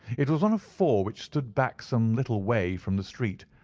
it was one of four which stood back some little way from the street,